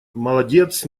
молодец